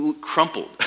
crumpled